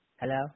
Hello